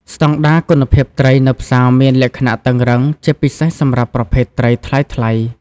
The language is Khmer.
ស្តង់ដារ គុណភាពត្រីនៅផ្សារមានលក្ខណៈតឹងរ៉ឹង ជាពិសេសសម្រាប់ប្រភេទត្រីថ្លៃៗ។